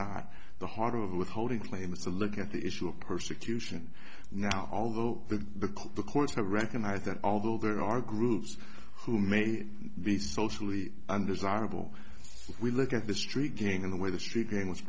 not the heart of withholding claims to look at the issue of persecution now although the courts have recognized that although there are groups who may be socially under saddle we look at the streaking in the way the street game was